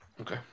Okay